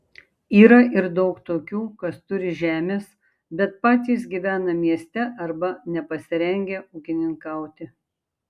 yra ir daug tokių kas turi žemės bet patys gyvena mieste arba nepasirengę ūkininkauti